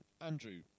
Andrew